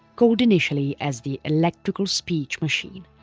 called initially as the electrical speech machine.